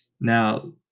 Now